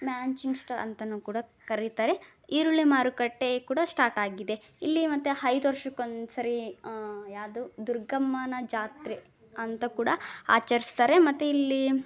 ಮ್ಯಾಂಚಿಂಗ್ಸ್ಟರ್ ಅಂತ ಕೂಡ ಕರೀತಾರೆ ಈರುಳ್ಳಿ ಮಾರುಕಟ್ಟೆ ಕೂಡ ಸ್ಟಾರ್ಟ್ ಆಗಿದೆ ಇಲ್ಲಿ ಮತ್ತೆ ಐದು ವರ್ಷಕ್ಕೆ ಒಂದು ಸರಿ ಯಾವುದು ದುರ್ಗಮ್ಮನ ಜಾತ್ರೆ ಅಂತ ಕೂಡ ಆಚರ್ಸ್ತಾರೆ ಮತ್ತೆ ಇಲ್ಲಿ